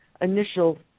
initial